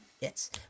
Yes